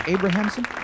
Abrahamson